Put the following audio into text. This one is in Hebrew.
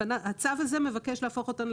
הן הזמנה לדין והיום הופכים אותן לקנס?